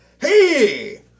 hey